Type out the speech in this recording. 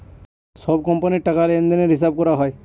সব কোম্পানির টাকা লেনদেনের হিসাব করা হয়